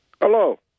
Hello